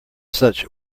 such